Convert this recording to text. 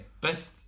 Best